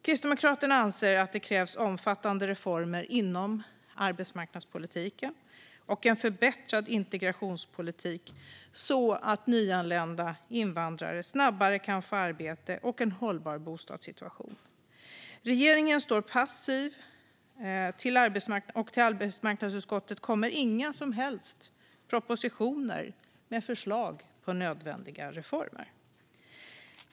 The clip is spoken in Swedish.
Kristdemokraterna anser att det krävs omfattande reformer inom arbetsmarknadspolitiken och en förbättrad integrationspolitik så att nyanlända invandrare snabbare kan få arbete och en hållbar bostadssituation. Regeringen står passiv, och till arbetsmarknadsutskottet kommer inga som helst propositioner med förslag på nödvändiga reformer.